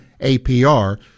APR